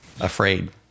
afraid